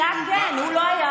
אתה כן, אבל הוא לא היה.